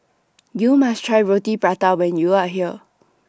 YOU must Try Roti Prata when YOU Are here